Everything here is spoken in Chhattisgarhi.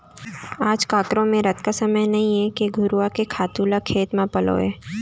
आज काकरो मेर अतका समय नइये के घुरूवा के खातू ल खेत म पलोवय